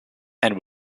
and